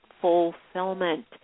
Fulfillment